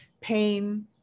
pain